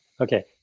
Okay